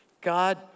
God